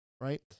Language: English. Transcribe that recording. right